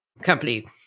company